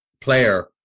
player